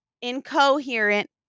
Incoherent